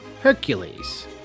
Hercules